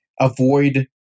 avoid